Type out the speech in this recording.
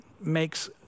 makes